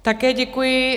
Také děkuji.